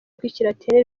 rw’ikilatini